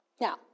Now